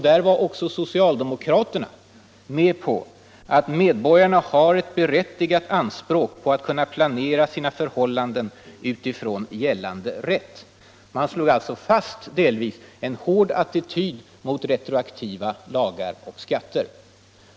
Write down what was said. Där var också socialdemokraterna med på att ”medborgarna har ett berättigat anspråk att kunna planera sina förhållanden utifrån gällande rätt”. Man slog alltså delvis fast en hård attityd mot retroaktiva lagar och skatter.